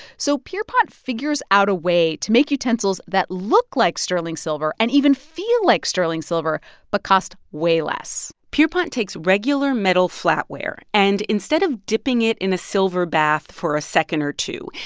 so pierrepont figures out a way to make utensils that look like sterling silver and even feel like sterling silver but cost way less pierrepont takes regular metal flatware. and instead of dipping it in a silver bath for a second or two,